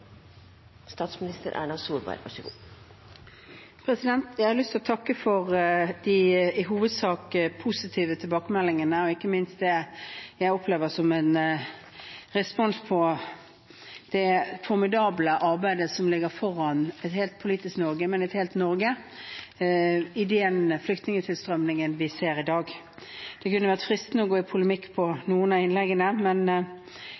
Jeg har lyst til å takke for de i hovedsak positive tilbakemeldingene og ikke minst for den responsen jeg opplever på det formidable arbeidet som ligger foran et helt politisk Norge, og et helt Norge, med den flyktningtilstrømmingen vi ser i dag. Det kunne vært fristende å gå i polemikk på noen av innleggene, men